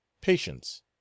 Patience